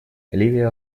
ливия